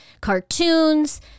cartoons